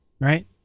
right